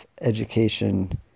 education